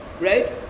right